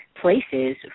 places